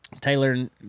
Taylor